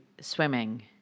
swimming